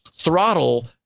Throttle